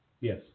Yes